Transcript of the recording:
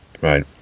right